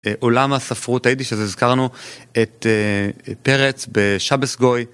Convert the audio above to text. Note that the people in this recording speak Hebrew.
עולם הספרות היידיש הזה, הזכרנו את פרץ בשבס גוי.